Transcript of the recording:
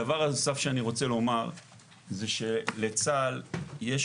הדבר הנוסף שאני רוצה לומר זה שלצה"ל יש